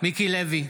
מיקי לוי,